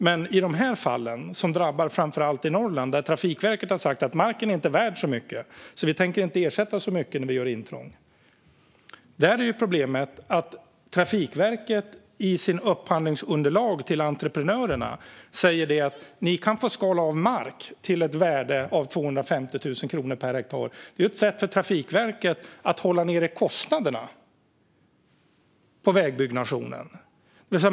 Men i dessa fall, som framför allt drabbar Norrland, har Trafikverket sagt att marken inte är värd så mycket och att man därför inte tänker ersätta så mycket när man gör intrång. Problemet i detta gäller att Trafikverket i sitt upphandlingsunderlag till entreprenörerna säger att dessa kan få skala av mark till ett värde av 250 000 kronor per hektar. Det här är ett sätt för Trafikverket att hålla kostnaderna för vägbyggnationen nere.